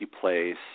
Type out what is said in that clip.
place